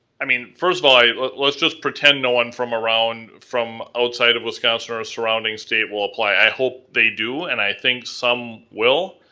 i mean, first of all, let's just pretend no one from around, from outside of wisconsin or or surrounding state will apply. i hope they do and i think some will,